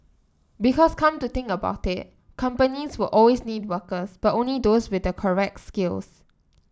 because come to think about it companies will always need workers but only those with the correct skills